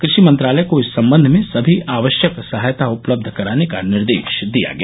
क्रषि मंत्रालय को इस संबंध में सभी आवश्यक सहायता उपलब्ध कराने का निर्देश दिया गया